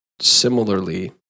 similarly